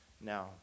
now